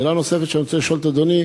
שאלה נוספת שאני רוצה לשאול את אדוני: